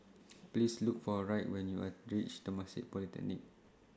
Please Look For Wright when YOU Are REACH Temasek Polytechnic